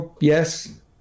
yes